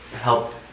help